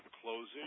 closing